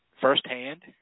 firsthand